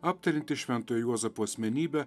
aptariantį šventojo juozapo asmenybę